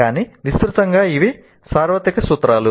కానీ విస్తృతంగా ఇవి సార్వత్రిక సూత్రాలు